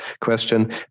question